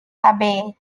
abbey